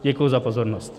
Děkuji za pozornost.